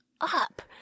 up